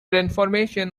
information